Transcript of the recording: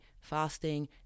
fasting